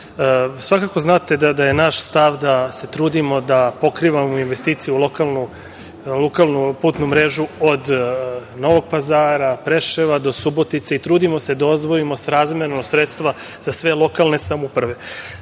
Svakako znate da je naš stav da se trudimo da pokrivamo investicije u lokalnu putnu mrežu od Novog Pazara, Preševa do Subotice i trudimo se da odvojimo srazmerno sredstva za sve lokalne samouprave. Naravno